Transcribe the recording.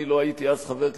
אני לא הייתי אז חבר כנסת,